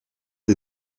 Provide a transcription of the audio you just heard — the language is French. des